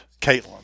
Caitlin